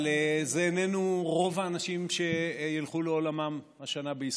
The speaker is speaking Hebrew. אבל זה לא רוב האנשים שילכו לעולמם השנה בישראל.